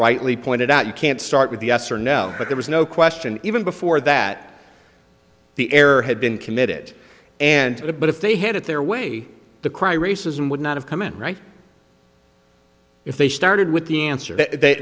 rightly pointed out you can't start with the yes or no but there was no question even before that the error had been committed and it but if they had it their way the cry racism would not have come in right if they started with the answer that they